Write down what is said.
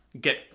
get